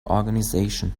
organization